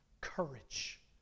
courage